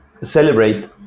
celebrate